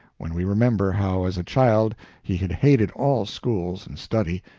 when we remember how as a child he had hated all schools and study,